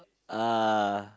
uh